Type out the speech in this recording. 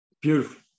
beautiful